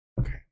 Okay